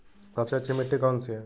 सबसे अच्छी मिट्टी कौन सी है?